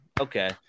okay